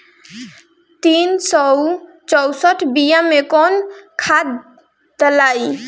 तीन सउ चउसठ बिया मे कौन खाद दलाई?